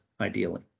ideally